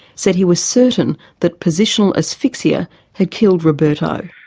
said he was certain that positional asphyxia had killed roberto.